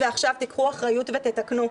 ועכשיו תיקחו אחריות ותתקנו.